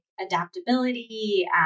adaptability